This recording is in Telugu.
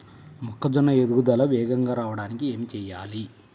మొక్కజోన్న ఎదుగుదల వేగంగా రావడానికి ఏమి చెయ్యాలి?